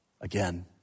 again